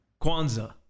Kwanzaa